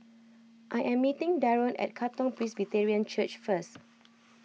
I am meeting Daron at Katong Presbyterian Church first